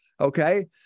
Okay